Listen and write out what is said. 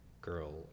girl